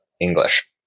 English